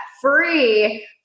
free